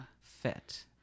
fit